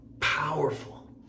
powerful